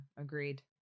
agreed